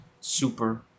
super